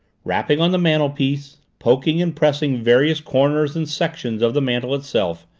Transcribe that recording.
rapping on the mantelpiece, poking and pressing various corners and sections of the mantel itself,